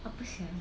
apa sia